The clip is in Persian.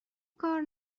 کار